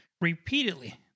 repeatedly